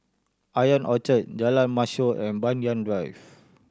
Ion Orchard Jalan Mashhor and Banyan Drive